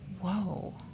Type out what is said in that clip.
Whoa